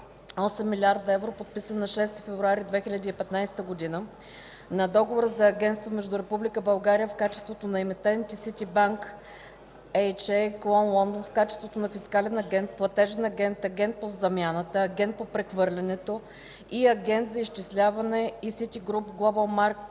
000 000 евро, подписан на 6 февруари 2015 г., Договора за агентство между Република България в качеството на Емитент и Ситибанк Н.А., клон Лондон в качеството на Фискален агент, Платежен агент, Агент по замяната, Агент по прехвърлянето и Агент за изчисляване и Ситигруп Глобъл Маркетс